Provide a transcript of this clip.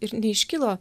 ir neiškilo